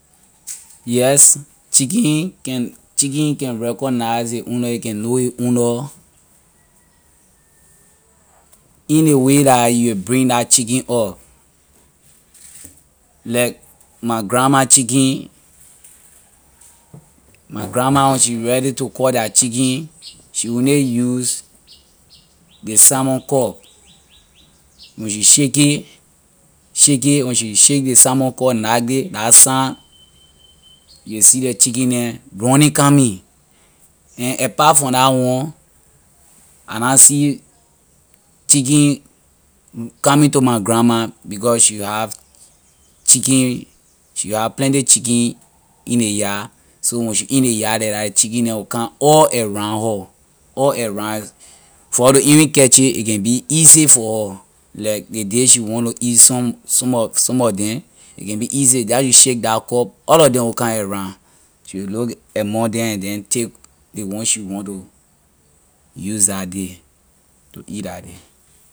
Yes chicken can chicken can recognize a owner a can know a owner in ley way that you will bring la chicken up like my grandma chicken my grandma when she ready to call la chicken she only use ley samon cup when she shake it shake it when she shake ley samon cup knack it la sign we wii see ley chicken neh running coming and apart from la one I na chicken coming to my grandma because she having chicken she have plenty chicken in ley so when she in ley yard leh that ley chicken neh will come all around her all around for her to even catch it can be easy for her like ley day she want to eat some some of some of them a can be easy jeh how she shake that cup all lor them will come around she will look among and then take ley one she want to use that day to eat that day.